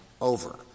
over